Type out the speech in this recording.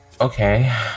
Okay